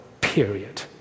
Period